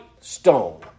stone